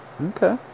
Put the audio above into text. Okay